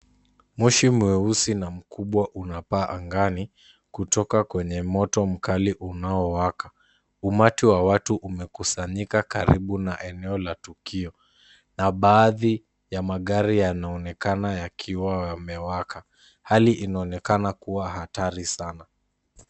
Moshi mweusi na mkubwa unapaa angani kutoka kwenye moto mkali unao waka. Umati wa watu umekusanyika karibu na eneo la tukio na baadhi ya magari yanaonekana yakiwa yamewaka. Hali inaonekana kua hatari sana.